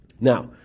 Now